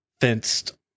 fenced